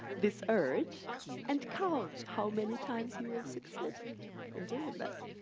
this urge and count how many times you will succeed in doing that.